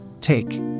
Take